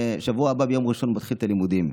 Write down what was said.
וביום ראשון בשבוע הבא הוא מתחיל את הלימודים.